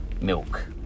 milk